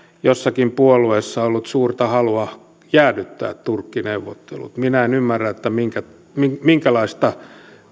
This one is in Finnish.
jossakin puolueessa ollut suurta halua jäädyttää turkki neuvottelut minä en ymmärrä minkälaista